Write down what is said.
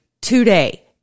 Today